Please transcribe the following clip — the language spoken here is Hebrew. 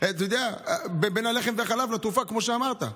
זה בין הלחם והחלב לתרופה, כמו שאמרת.